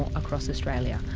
across australia.